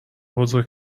بزرگ